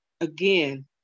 again